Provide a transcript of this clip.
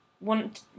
want